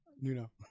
Nuno